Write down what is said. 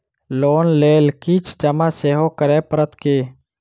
Loan लेल किछ जमा सेहो करै पड़त की?